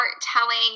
telling